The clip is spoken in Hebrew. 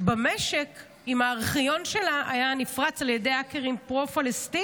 במשק שהארכיון שלה היה נפרץ על ידי האקרים פרו-פלסטינים